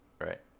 Right